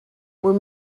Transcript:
were